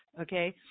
Okay